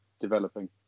developing